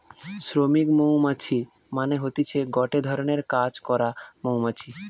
শ্রমিক মৌমাছি মানে হতিছে গটে ধরণের কাজ করা মৌমাছি